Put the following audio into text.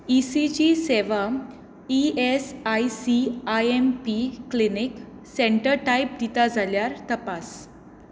E C G सेवा E S I C I M P clinic centre type दिता जाल्यार तपास